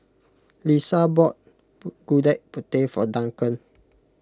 Lesa bought Gudeg Putih for Duncan